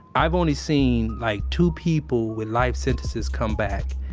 i've only seen like two people with life sentences come back.